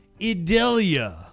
Idelia